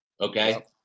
okay